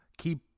Keep